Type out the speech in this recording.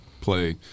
play